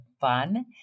fun